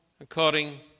according